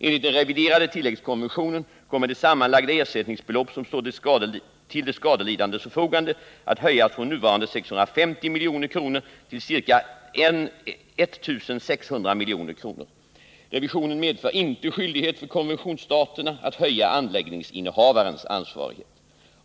Enligt den reviderade tilläggskonventionen kommer det sammanlagda ersättningsbelopp som står till de skadelidandes förfogande att höjas från nuvarande ca 650 milj.kr. till ca 1600 milj.kr. Revisionen medför inte skyldighet för konventionsstaterna att höja anläggningsinnehavarens ansvarighet.